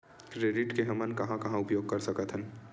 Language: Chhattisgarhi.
क्रेडिट के हमन कहां कहा उपयोग कर सकत हन?